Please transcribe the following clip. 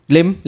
Lim